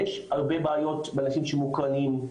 יש הרבה בעיות לאנשים שמוקרנים,